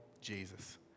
Jesus